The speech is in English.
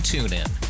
TuneIn